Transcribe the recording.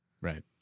right